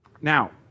Now